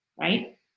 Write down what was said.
Right